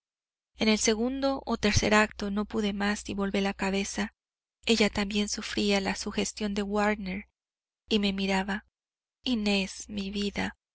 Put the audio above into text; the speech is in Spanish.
en el segundo o tercer acto no pude más y volví la cabeza ella también sufría la sugestión de wagner y me miraba inés mi vida